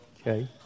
Okay